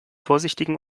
vorsichtigen